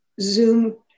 Zoom